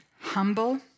Humble